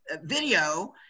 Video